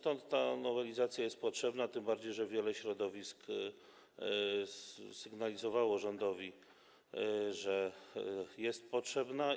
Ta nowelizacja jest potrzebna, tym bardziej że wiele środowisk sygnalizowało rządowi, że jest ona potrzebna.